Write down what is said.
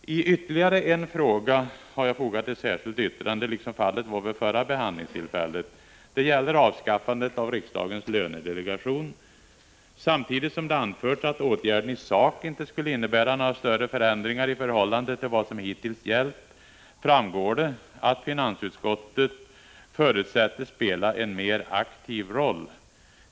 I ytterligare en fråga har jag fogat ett särskilt yttrande liksom fallet var vid förra behandlingstillfället. Det gäller avskaffandet av riksdagens lönedelegation. Samtidigt som det anförts att åtgärden i sak inte skulle innebära några större förändringar i förhållande till vad som hittills gällt, framgår det att finansutskottet förutsätts spela en mer aktiv roll.